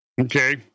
Okay